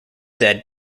said